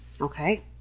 okay